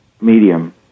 medium